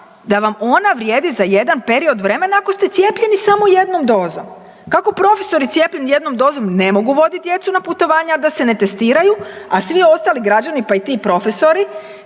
da vam ona vrijedi za jedna period vremena ako ste cijepljeni samo jednom dozom. Kako profesori cijepljeni jednom dozom ne mogu voditi djecu na putovanja, a da se ne testiraju, a svi ostali građani pa i ti profesori